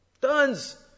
Tons